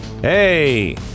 Hey